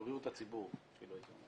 הדיון בהצעת חוק ביטוח בריאות ממלכתי (תיקון מס' 63),